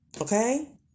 Okay